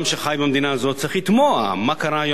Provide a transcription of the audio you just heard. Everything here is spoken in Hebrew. אדם שחי במדינה הזו צריך לתמוה: מה קרה,